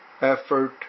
effort